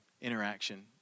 interaction